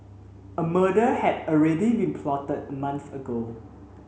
a murder had already been plotted a month ago